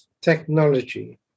technology